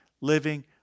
living